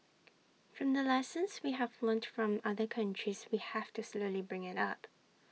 from the lessons we have learnt from other countries we have to slowly bring IT up